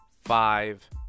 five